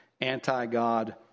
anti-God